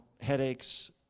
headaches